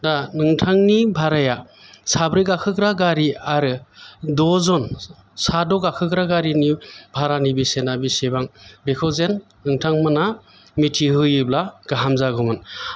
दा नोंथांनि भाराया साब्रै गाखोग्रा गारि आरो द'जन साद' गाखोग्रा गारिनि भारानि बेसेना बेसेबां बेखौ जेन नोंथांमोना मिथिहोयोब्ला गाहाम जागौमोन आरो बि भारानि गेजेराव बिसिबां फाराग दं बेखौ जेन नोंथामोना आननानै खिन्थाहरो